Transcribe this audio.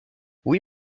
oui